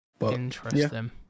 Interesting